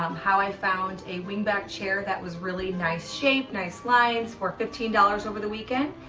um how i found a wing-backed chair that was really nice shape, nice lines, worth fifteen dollars, over the weekend,